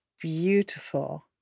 beautiful